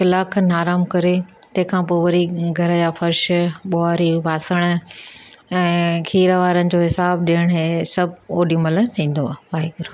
कलाकु खनि आराम तंहिंखां पोइ वरी घर जा फर्श ॿुहारियूं ॿासण ऐं खीर वारनि जो हिसाबु ॾियणु हीअ सभु ओॾीमहिल थींदो आहे वाहेगुरु